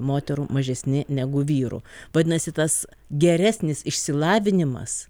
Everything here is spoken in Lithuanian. moterų mažesni negu vyrų vadinasi tas geresnis išsilavinimas